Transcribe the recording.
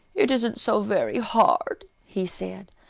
it isn't so very hard, he said,